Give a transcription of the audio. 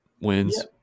wins